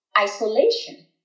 isolation